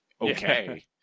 okay